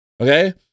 Okay